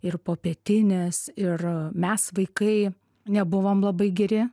ir popietinės ir mes vaikai nebuvom labai geri